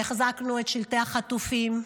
והחזקנו את שלטי החטופים,